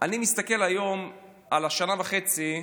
אני מסתכל היום על השנה וחצי,